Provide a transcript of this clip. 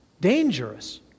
dangerous